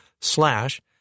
slash